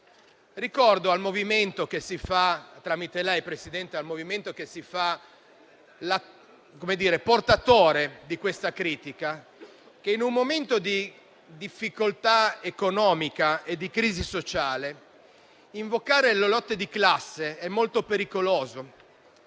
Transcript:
al movimento che si fa portatore di questa critica, che in un momento di difficoltà economica e di crisi sociale, invocare le lotte di classe è molto pericoloso